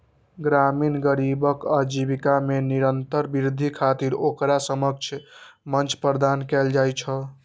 ग्रामीण गरीबक आजीविका मे निरंतर वृद्धि खातिर ओकरा सक्षम मंच प्रदान कैल जाइ छै